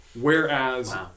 whereas